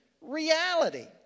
reality